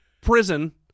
prison